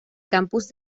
campus